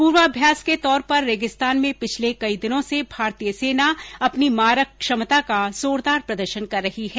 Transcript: पूर्वाभ्यास के तौर पर रेगिस्तान में पिछले कई दिनों र्स भारतीय सेना अपनी मारक क्षमता का जोरदार प्रदर्शन कर रही है